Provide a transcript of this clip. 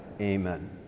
amen